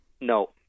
No